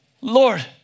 Lord